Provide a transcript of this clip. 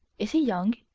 is he young?